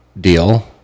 deal